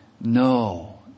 No